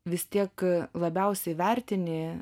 vis tiek labiausiai vertini